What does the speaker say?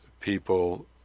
people